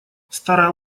старая